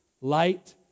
Light